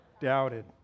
doubted